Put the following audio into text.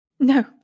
No